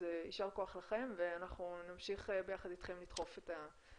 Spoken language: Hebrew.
אז יישר כוח לכם ואנחנו נמשיך ביחד איתכם לדחוף את הנושא.